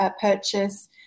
purchase